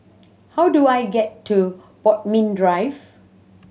how do I get to Bodmin Drive